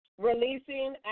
Releasing